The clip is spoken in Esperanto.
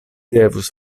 devus